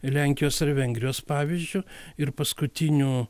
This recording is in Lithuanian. lenkijos ar vengrijos pavyzdžiu ir paskutinių